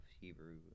Hebrew